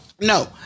No